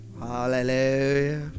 hallelujah